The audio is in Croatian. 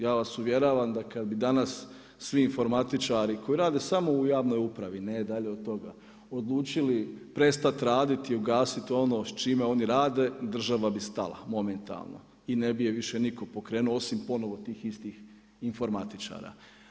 Ja vas uvjeravam da kad bi danas svi informatičari, koji rade samo u javnoj upravi, ne dalje od toga, odlučili, prestati raditi, ugasiti ono s čime oni rade, država bi stala, momentalno i ne bi je više nitko pokrenuo, osim tih istih informatičara.